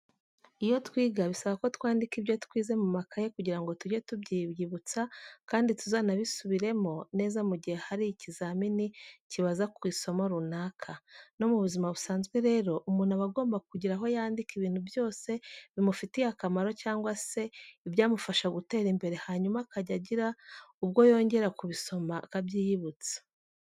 Iyo twiga bisaba ko twandika ibyo twize mu makaye kugira ngo tujye tubyiyibutsa kandi tuzanabisubiremo neza mu gihe hari ikizamini kibaza ku isomo runaka. No mu buzima busanzwe rero umuntu aba agomba kugira aho yandika ibintu byose bimufitiye akamaro cyangwa se ibyamufasha gutera imbere hanyuma akajya agira ubwo yongera kubisoma akabyiyibutsa.